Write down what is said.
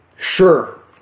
sure